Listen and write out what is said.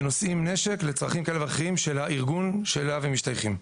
שנושאים נשק לצרכים כאלה ואחרים של הארגון שאליו הם משתייכים.